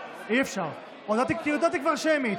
אי-אפשר, כי הודעתי כבר שמית.